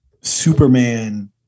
Superman